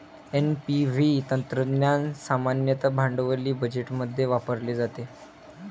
NPV तंत्रज्ञान सामान्यतः भांडवली बजेटमध्ये वापरले जाते